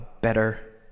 better